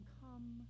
come